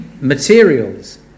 materials